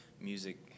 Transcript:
music